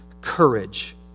courage